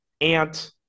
Ant